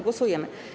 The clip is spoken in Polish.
Głosujemy.